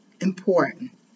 important